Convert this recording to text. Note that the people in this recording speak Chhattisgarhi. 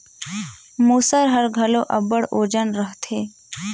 मूसर हर घलो अब्बड़ ओजन रहथे